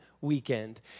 weekend